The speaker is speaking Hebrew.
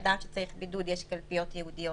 אדם שצריך בידוד יש קלפיות ייעודיות